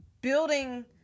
building